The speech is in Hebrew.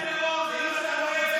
אל תצעק.